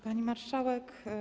Pani Marszałek!